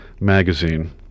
Magazine